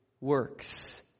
works